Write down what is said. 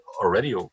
already